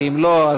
כי אם לא,